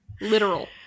literal